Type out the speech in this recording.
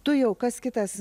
tu jau kas kitas